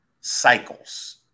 cycles